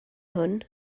hwn